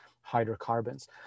hydrocarbons